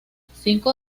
cinco